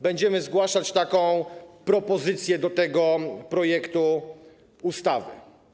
Będziemy zgłaszać taką propozycję do tego projektu ustawy.